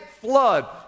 flood